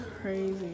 crazy